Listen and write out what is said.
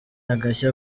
agashya